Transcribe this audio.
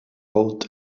old